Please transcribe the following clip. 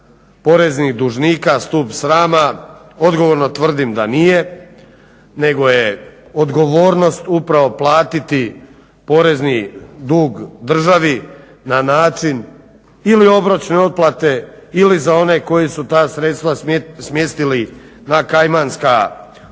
poreznih dužnika stup srama, odgovorno tvrdim da nije nego je odgovornost upravo platiti porezni dug državi na način ili obročne otplate ili za one koji su ta sredstva smjestili na Kajmanska ostrva,